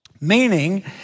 meaning